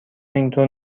اینطور